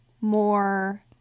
more